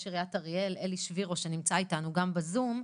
עיריית אריאל אלי שבירו שנמצא איתנו בזום.